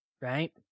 right